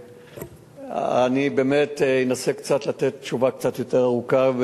אני באמת אנסה לתת תשובה קצת יותר ארוכה,